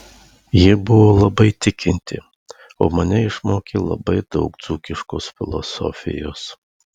ji buvo labai tikinti o mane išmokė labai daug dzūkiškos filosofijos